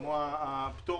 כמו הפטור